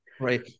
right